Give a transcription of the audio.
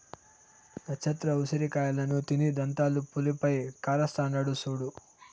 నచ్చత్ర ఉసిరి కాయలను తిని దంతాలు పులుపై కరస్తాండాడు సూడు